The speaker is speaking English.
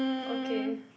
okay